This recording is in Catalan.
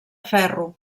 ferro